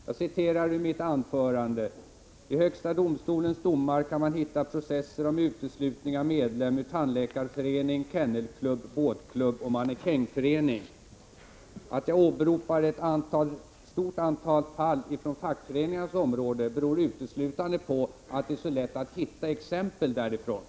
Jag citerar ur mitt anförande: ”I högsta domstolens domar kan man hitta processer om uteslutning av medlem ur tandläkarförening, kennelklubb, båtklubb och mannekäng förening.” — Det förhållandet att jag åberopat ett stort antal fall från fackföreningsområdet beror uteslutande på att det är så lätt att hitta exempel därifrån.